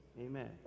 Amen